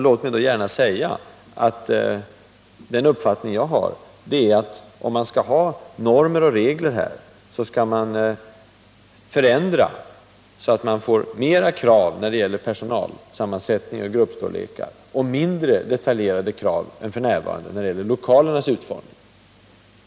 Låt mig gärna säga att min uppfattning är att vi, om vi skall ha normer och regler, skall ställa högre krav när det gäller personalsammansättning och gruppstorlekar, och mindre detaljerade krav när det gäller lokalernas utformning.